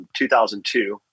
2002